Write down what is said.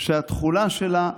התחולה שלה,